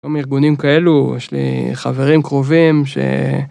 גם ארגונים כאלו, יש לי חברים קרובים ש...